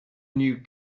new